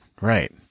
right